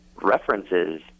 references